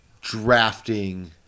drafting